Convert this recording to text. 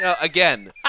Again